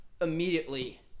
immediately